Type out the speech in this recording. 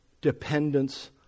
dependence